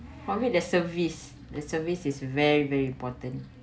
for me the service the service is very very important